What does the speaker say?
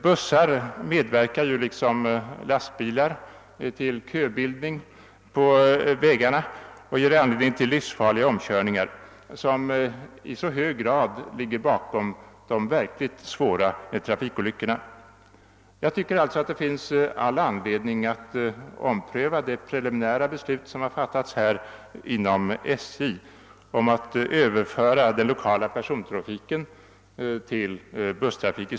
Bussar medverkar ju liksom lastbilar till köbildning på vägarna och ger anledning till livsfarliga omkörningar som i så hög grad ligger bakom de verkligt svåra trafikolyckorna. Jag tycker alltså att det finns all anledning att ompröva det preliminära beslut som har fattats inom SJ om att överföra den lokala persontrafiken till busstrafik.